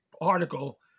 article